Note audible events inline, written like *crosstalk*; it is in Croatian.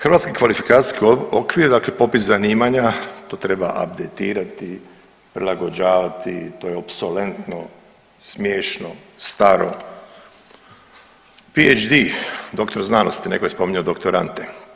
Hrvatski kvalifikacijski okvir, dakle popis zanimanja to treba abdejtirati, prilagođavati, to je opsolentno, smiješno, staro. … *unintelligible* doktor znanosti, netko je spominjao doktor Ante.